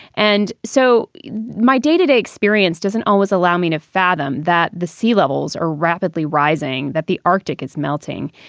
and so my day to day experience doesn't always allow me to fathom that the sea levels are rapidly rising, that the arctic is melting.